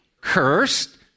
cursed